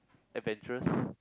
adventurous